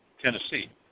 Tennessee